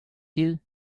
you